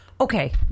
okay